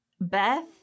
beth